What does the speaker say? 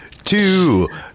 Two